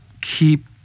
keep